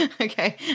Okay